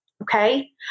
Okay